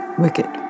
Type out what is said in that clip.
wicked